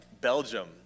Belgium